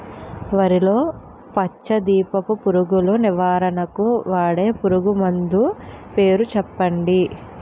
వరిలో పచ్చ దీపపు పురుగు నివారణకు వాడే పురుగుమందు పేరు చెప్పండి?